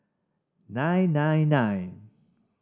nine nine nine